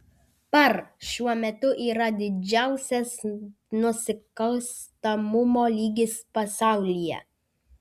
par šiuo metu yra didžiausias nusikalstamumo lygis pasaulyje